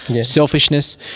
Selfishness